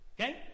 Okay